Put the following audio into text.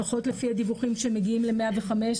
לפחות לפי הדיווחים שמגיעים ל-105,